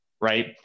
right